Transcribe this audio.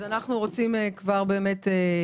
אנחנו רוצים ברשותכם,